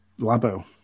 labo